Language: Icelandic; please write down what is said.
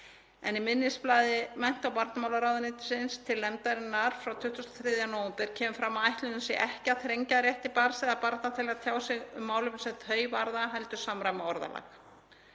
Í minnisblaði mennta- og barnamálaráðuneytisins til nefndarinnar frá 23. nóvember kemur fram að ætlunin sé ekki að þrengja að rétti barns eða barna til að tjá sig um málefni sem þau varða heldur samræma orðalag